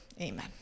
Amen